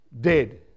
dead